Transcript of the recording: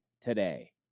today